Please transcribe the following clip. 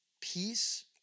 peace